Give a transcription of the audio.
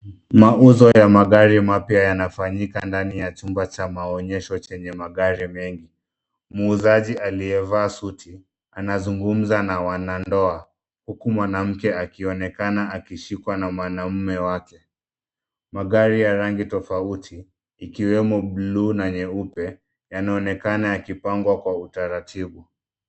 Mauzo ya magari mapya yanafanyika ndani ya chumba cha maonyesho chenye magari mengi. Muuzaji aliyevaa suti anazungumza na wanandoa huku mwanamke akionekana akishikwa na mwanaume wake. Magari ya rangi tofauti ikiwemo blue na nyeupe yanaonekana yakipangwa kwa utaratibu.